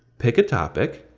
pick a topic,